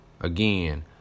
Again